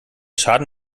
schaden